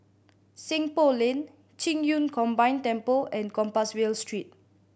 Seng Poh Lane Qing Yun Combined Temple and Compassvale Street